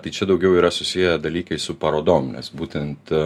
tai čia daugiau yra susiję dalykai su parodom nes būtent